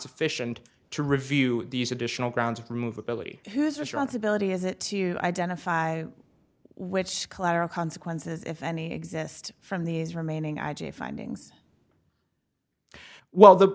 sufficient to review these additional grounds of provability whose responsibility is it to identify which collateral consequences if any exist from these remaining i g findings while the